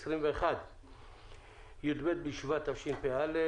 י"ב שבט התשפ"א,